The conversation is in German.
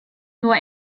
nur